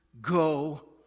go